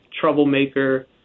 troublemaker